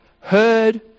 heard